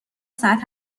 ساعت